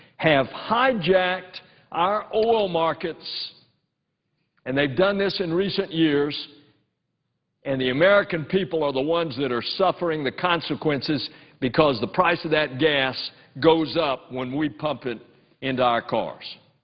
have hijacked our oil markets and they've done this in recent years and the american people are the ones that are suffering the consequences because the price of that gas goes up when we pump it into our cars.